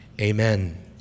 amen